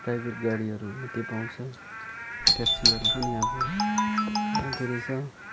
private गाडीहरू मात्रै पाउँछ ट्याक्सीहरू पनि अब पाउँदो रहेछ